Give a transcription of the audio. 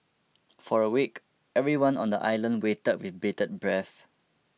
for a week everyone on the island waited with bated breath